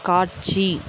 காட்சி